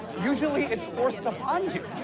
usually it's forced upon you.